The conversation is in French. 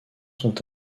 sont